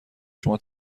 شما